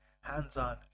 hands-on